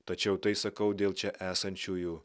tačiau tai sakau dėl čia esančiųjų